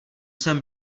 jsem